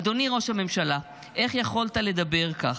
אדוני ראש הממשלה, איך יכולת לדבר כך?